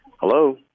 Hello